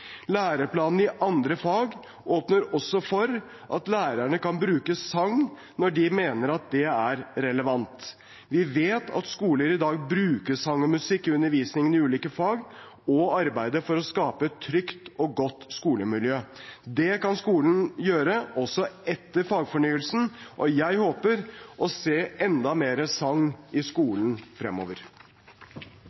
i andre fag åpner også for at lærerne kan bruke sang når de mener det er relevant. Vi vet at skoler i dag bruker sang og musikk i undervisningen i ulike fag og i arbeidet for å skape et trygt og godt skolemiljø. Det kan skolene gjøre også etter fagfornyelsen, og jeg håper å se enda mer sang i